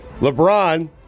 LeBron